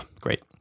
Great